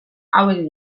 hauek